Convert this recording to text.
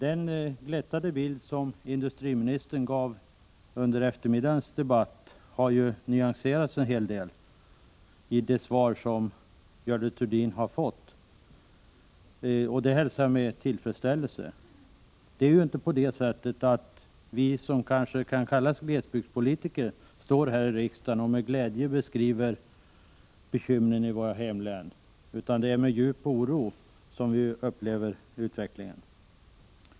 Den glättade bild som industriministern gav under eftermiddagens debatt har nyanserats en hel del i det svar som Görel Thurdin har fått, och det hälsar jag med tillfredsställelse. Det är ju inte så att vi som kan kallas glesbygdspolitiker står här i riksdagen och med glädje beskriver bekymren i våra hemlän, utan det är med djup oro vi upplever utvecklingen.